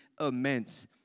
immense